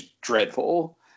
dreadful